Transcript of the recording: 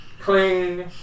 cling